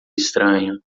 estranho